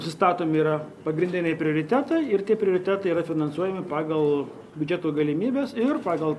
sustatomi yra pagrindiniai prioritetai ir tie prioritetai yra finansuojami pagal biudžeto galimybes ir pagal